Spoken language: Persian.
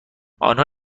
آنها